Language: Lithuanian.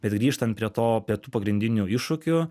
bet grįžtant prie to prie tų pagrindinių iššūkių